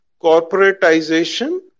corporatization